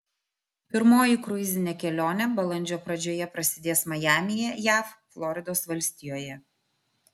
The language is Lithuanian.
pirmoji kruizinė kelionė balandžio pradžioje prasidės majamyje jav floridos valstijoje